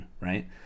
right